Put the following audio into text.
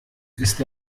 ist